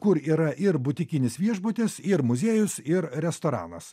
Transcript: kur yra ir butikinis viešbutis ir muziejus ir restoranas